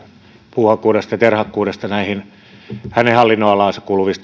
puuhakkuudesta ja terhakkuudesta näihin hänen hallinnonalaansa kuuluviin